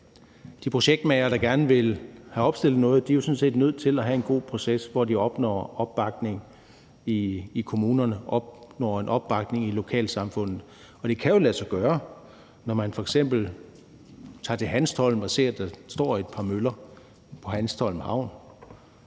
de projektmagere, der gerne vil have opstillet noget, sådan set er nødt til at have en god proces, hvor de opnår opbakning i kommunerne, opnår en opbakning i lokalsamfundet. Og det kan jo lade sig gøre, for når man f.eks. tager til Hanstholm, ser man, at der står et par møller på Hanstholm Havn,